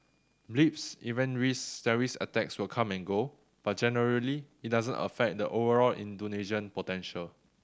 blips event risk terrorist attacks will come and go but generally it doesn't affect the overall Indonesian potential